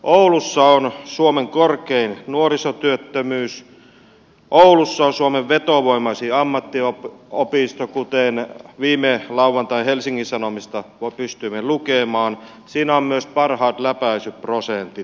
oulussa on suomen korkein nuorisotyöttömyys oulussa on suomen vetovoimaisin ammattiopisto kuten viime lauantain helsingin sanomista pystyimme lukemaan siinä on myös parhaat läpäisyprosentit